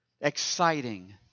exciting